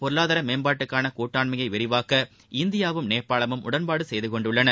பொருளாதார மேம்பாட்டுக்கான கூட்டாண்மையை விரிவாக்க இந்தியாவும் நேபாளமும் உடன்பாடு செய்துகொண்டுள்ளன